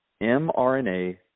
mRNA